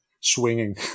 swinging